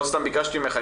לא סתם ביקשתי ממך,